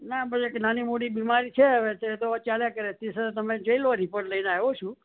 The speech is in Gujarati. ના ભઇ કે નાની મોટી બીમારી છે હવે તે તો ચાલ્યા કરે તે છતાં તમે જોઇ લો રિપોર્ટ લઈને આવ્યો છું